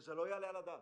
זה לא יעלה על הדעת.